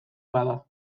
bada